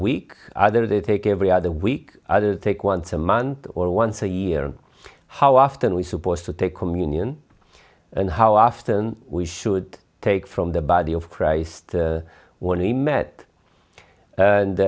week either they take every other week to take once a month or once a year and how often we supposed to take communion and how often we should take from the body of christ when he met